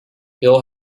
bill